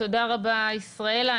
תודה רבה, ישראלה.